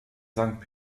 sankt